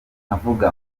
nkavuga